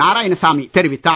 நாராயணசாமி தெரிவித்தார்